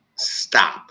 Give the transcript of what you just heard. Stop